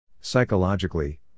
Psychologically